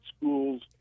school's